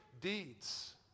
deeds